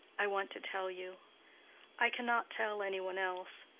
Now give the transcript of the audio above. i want to tell you i cannot tell any one else.